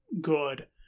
good